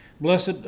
Blessed